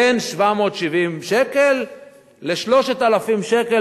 בין 770 שקל ל-3,000 שקל,